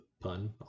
pun